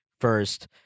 first